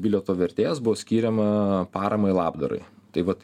bilieto vertės buvo skiriama paramai labdarai tai vat